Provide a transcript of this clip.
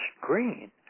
green